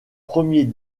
premier